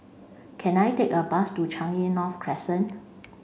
can I take a bus to Changi North Crescent